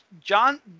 John